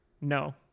no